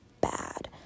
bad